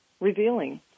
revealing